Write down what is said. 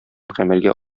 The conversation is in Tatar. гамәлгә